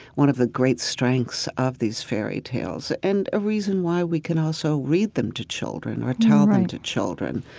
one of the great strengths of these fairy tales and a reason why we can also read them to children or tell them to children,